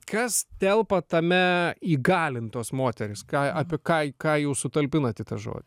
kas telpa tame įgalintos moterys ką apie ką ką jūs sutalpinat į tą žodį